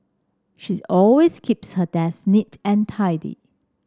she's always keeps her desk neat and tidy